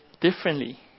differently